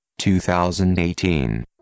2018